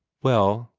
well,